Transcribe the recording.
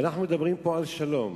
ואנחנו מדברים פה על שלום.